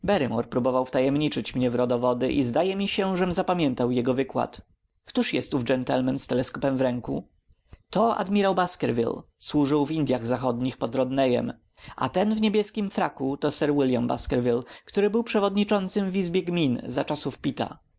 próbował wtajemniczyć mnie w rodowody i zdaje mi się żem zapamiętał jego wykład któż jest ów gentleman z teleskopom w ręku to admirał baskerville służył w indyach zachodnich pod rodneyem a ten w niebieskim fraku to sir william baskerville który był przewodniczącym w izbie gmin za czasów pitta